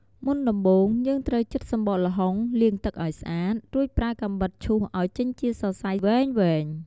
មុនដំបូង យើងត្រូវចិតសម្បកល្ហុង លាងទឹកឲ្យស្អាត រួចប្រើកាំបិតឈូសឲ្យចេញជាសរសៃវែងៗ។